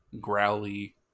growly